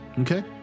Okay